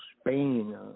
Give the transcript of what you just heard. Spain